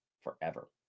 forever